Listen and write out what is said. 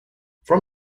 from